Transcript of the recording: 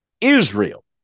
Israel